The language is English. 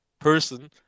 person